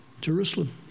Jerusalem